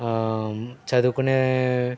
చదువుకునే